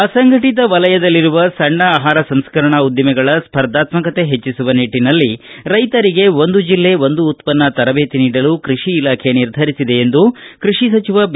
ಅಸಂಘಟತ ವಲಯದಲ್ಲಿರುವ ಸಣ್ಣ ಆಹಾರ ಸಂಸ್ಕರಣಾ ಉದ್ದಿಮೆಗಳ ಸ್ಪರ್ಧಾತ್ಮಕತೆ ಹೆಚ್ಚಿಸುವ ನಿಟ್ಟನಲ್ಲಿ ರೈತರಿಗೆ ಒಂದು ಜಿಲ್ಲೆ ಒಂದು ಉತ್ಪನ್ನ ತರಬೇತಿ ನೀಡಲು ಕೃಷಿ ಇಲಾಖೆ ನಿರ್ಧರಿಸಿದೆ ಎಂದು ಕೃಷಿ ಸಚಿವ ಬಿ